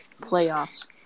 playoffs